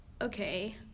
okay